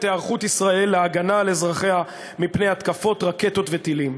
היערכות ישראל להגנה על אזרחיה מפני התקפות רקטות וטילים.